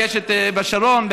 ויש בשרון,